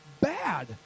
bad